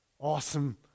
Awesome